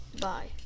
Bye